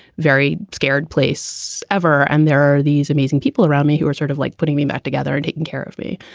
very scared place ever. and there are these amazing people around me who are sort of like putting me back together and taking care of me.